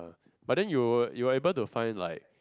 but then you you will be able to find like